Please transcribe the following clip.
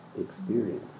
experience